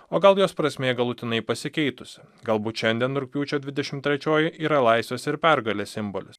o gal jos prasmė galutinai pasikeitusi galbūt šiandien rugpjūčio dvidešimt trečioji yra laisvės ir pergalės simbolis